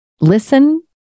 listen